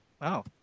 Wow